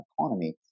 economy